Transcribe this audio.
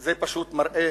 זה פשוט מראה